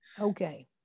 Okay